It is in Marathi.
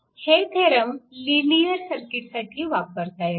हे थेरम लिनिअर सर्किटसाठी वापरता येतात